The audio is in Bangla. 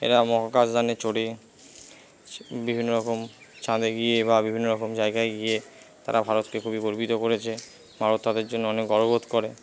এরা মহাকাশযানে চড়ে বিভিন্ন রকম চাঁদে গিয়ে বা বিভিন্ন রকম জায়গায় গিয়ে তারা ভারতকে খুবই গর্বিত করেছে ভারত তাদের জন্য অনেক গর্ববোধ করে